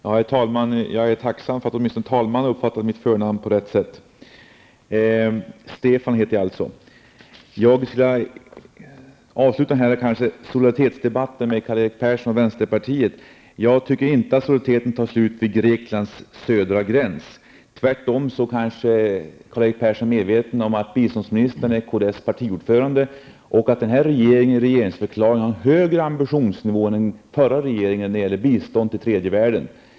Herr talman! Jag noterar att åtminstone talmannen rätt har uppfattat mitt förnamn. Jag är tacksam för det. Stefan är alltså mitt förnamn. Jag tänkte avsluta den debatt med Karl-Erik Persson och vänsterpartiet som kanske kan kallas för en solidaritetsdebatt med att säga att jag inte tycker att solidariteten tar slut vid Greklands södra gräns -- tvärtom! Karl-Erik Persson är kanske medveten om att biståndsministern också är partiordförande för kds och att nuvarande regering i sin regeringsförklaring har en högre ambitionsnivå än den förra regeringen hade när det gäller biståndet till tredje världen.